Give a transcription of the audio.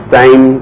time